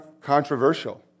controversial